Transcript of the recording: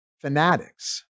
fanatics